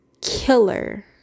Killer